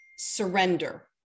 surrender